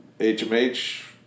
HMH